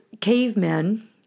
cavemen